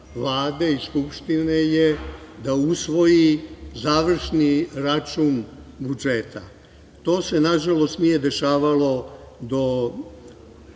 Vlade i Skupštine je da usvoji Završni račun budžeta. To se nažalost, nije dešavalo do